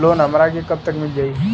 Loan हमरा के कब तक मिल जाई?